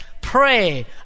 Pray